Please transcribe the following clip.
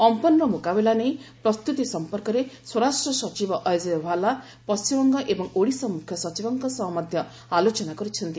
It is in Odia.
ଅମ୍ପନ୍ର ମୁକାବିଲା ନେଇ ପ୍ରସ୍ତୁତି ସଂପର୍କରେ ସ୍ୱରାଷ୍ଟ୍ର ସଚିବ ଅଜୟ ଭାଲା ପଶ୍ଚିମବଙ୍ଗ ଏବଂ ଓଡ଼ିଶା ମୁଖ୍ୟସଚିବଙ୍କ ସହ ମଧ୍ୟ ଆଲୋଚନା କରିଛନ୍ତି